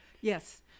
Yes